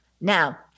Now